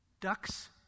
ducks